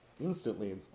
instantly